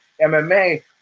MMA –